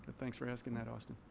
thanks for asking that, austin.